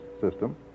system